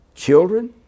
children